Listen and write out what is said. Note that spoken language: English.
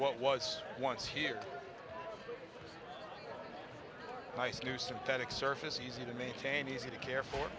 what was once here nice new synthetic surface easy to maintain easy to care for